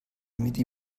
میدی